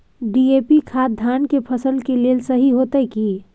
DAP खाद धान के फसल के लेल सही होतय की?